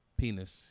penis